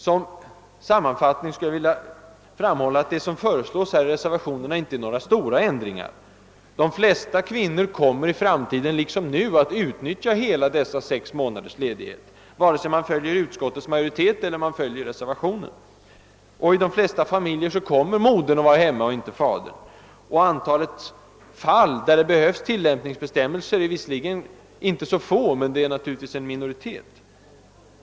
Som sammanfattning skulle jag vilja framhålla, att det som föreslås i reservationerna inte är några stora ändringar. De flesta kvinnor kommer i framtiden liksom nu att utnyttja hela denna sex månaders ledighet, vare sig riksdagen följer utskottets majoritet eller följer reservanterna. I de flesta familjer kommer modern att vara hemma och inte fadern. De fall där det behövs tillämpningsföreskrifter är visserligen inte så få, men de är naturligtvis en minoritet.